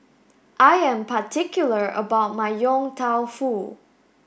I am particular about my Yong Tau Foo